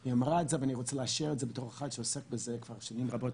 היא אמרה את זה ואני רוצה לאשר את זה בתור אחד שעוסק בזה כבר שנים רבות.